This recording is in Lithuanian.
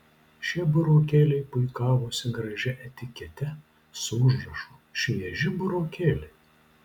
šie burokėliai puikavosi gražia etikete su užrašu švieži burokėliai